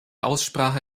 aussprache